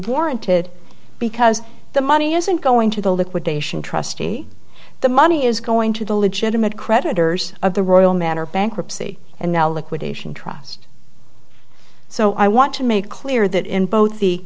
warranted because the money isn't going to the liquidation trustee the money is going to the legitimate creditors of the royal manor bankruptcy and now liquidation trust so i want to make clear that in both the